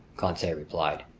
conseil replied.